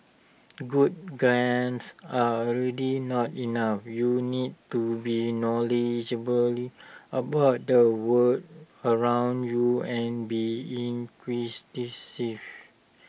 good grades are really not enough you need to be knowledgeably about the world around you and be